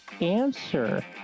answer